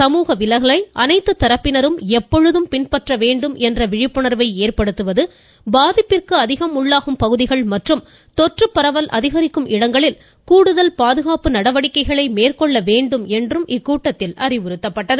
சமூக விலகலை அனைத்து தரப்பினரும் எப்பொழுதும் பின்பற்ற வேண்டும் என்ற விழிப்புணர்வை ஏற்படுத்துவது பாதிப்பிற்கு அதிகம் உள்ளாகும் பகுதிகள் மற்றும் தொற்றுப்பரவல் அதிகரிக்கும் இடங்களில் கூடுதல் பாதுகாப்பு நடவடிக்கைகளை மேற்கொள்ள வேண்டும் என்றும் இக்கூட்டத்தில் அறிவுறுத்தப்பட்டது